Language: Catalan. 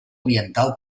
oriental